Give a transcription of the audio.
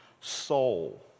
soul